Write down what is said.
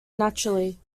naturally